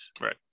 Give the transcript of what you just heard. Right